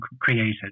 created